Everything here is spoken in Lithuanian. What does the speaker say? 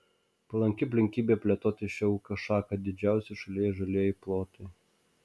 palanki aplinkybė plėtoti šią ūkio šaką didžiausi šalyje žalieji plotai